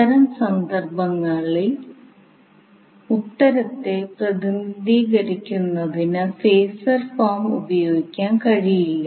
അത്തരം സന്ദർഭങ്ങളിൽ ഉത്തരത്തെ പ്രതിനിധീകരിക്കുന്നതിന് ഫേസർ ഫോം ഉപയോഗിക്കാൻ കഴിയില്ല